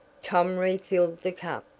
tom refilled the cup.